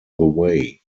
way